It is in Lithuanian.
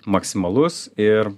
maksimalus ir